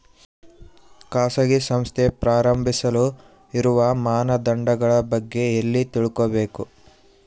ಖಾಸಗಿ ಸಂಸ್ಥೆ ಪ್ರಾರಂಭಿಸಲು ಇರುವ ಮಾನದಂಡಗಳ ಬಗ್ಗೆ ಎಲ್ಲಿ ತಿಳ್ಕೊಬೇಕು?